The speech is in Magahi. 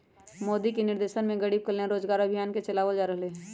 मोदी के निर्देशन में गरीब कल्याण रोजगार अभियान के चलावल जा रहले है